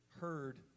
heard